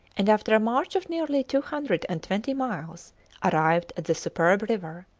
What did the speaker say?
and after a march of nearly two hundred and twenty miles arrived at the superb river.